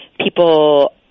people